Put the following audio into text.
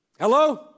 Hello